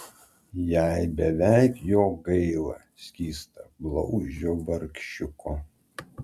jai beveik jo gaila skystablauzdžio vargšiuko